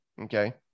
Okay